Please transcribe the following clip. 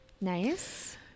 Nice